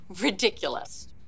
ridiculous